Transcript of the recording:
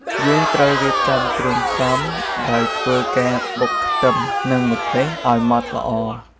យើងត្រូវរៀបចំគ្រឿងផ្សំដោយធ្វើការបុកខ្ទឹមនឹងម្ទេសឲ្យម៉ដ្ឋល្អ ។